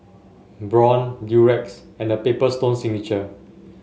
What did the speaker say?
Braun Durex and The Paper Stone Signature